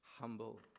humble